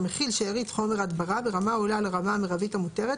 במכיל שארית חומר הדברה ברמה העולה לרמה המרבית המותרת,